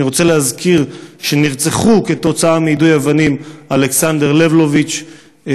אני רוצה להזכיר שנרצחו מיידוי אבנים אלכסנדר לבלוביץ,